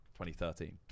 2013